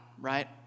right